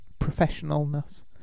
professionalness